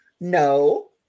no